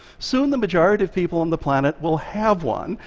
soon the majority of people on the planet will have one,